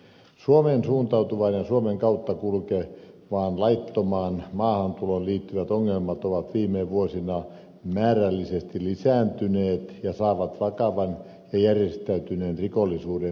suomeen suuntautuvan ja suomen kautta kulkevaan laittomaan maahantuloon liittyvät ongelmat ovat viime vuosina määrällisesti lisääntyneet ja saavat vakavan ja järjestäytyneen rikollisuuden piirteitä